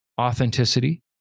authenticity